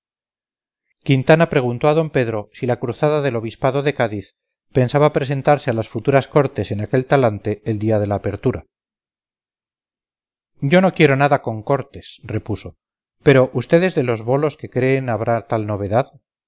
quintana preguntó a d pedro si la cruzada del obispado de cádiz pensaba presentarse a las futuras cortes en aquel talante el día de la apertura yo no quiero nada con cortes repuso pero usted es de los bolos que creen habrá tal novedad